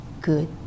good